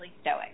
stoic